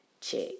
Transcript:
Check